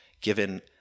given